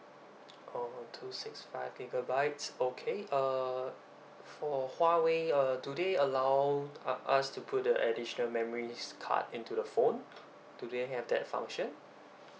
oh two six five gigabytes okay uh for Huawei uh do they allow uh us to put the additional memories card into the phone do they have that function